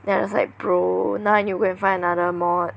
then I was like bro now I need to go and find another mod